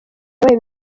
yabaye